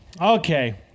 Okay